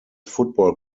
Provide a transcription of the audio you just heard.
football